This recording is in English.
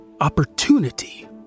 opportunity